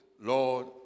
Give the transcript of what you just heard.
Lord